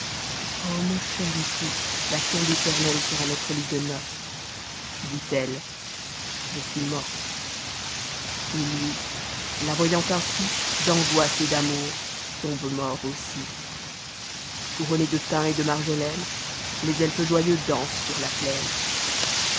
mon cher époux la tombé éternelle sera notre lit de noce dtt eme je suis morte et lui ïa voyant ainsi d'angoisse et d'amour tombe mort aussi coaroonés de thym et de marjolaine les elfes joyeux dansent sur la p